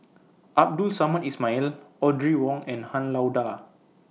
Abdul Samad Ismail Audrey Wong and Han Lao DA